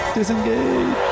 Disengage